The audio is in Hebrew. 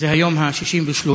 זה היום ה-63,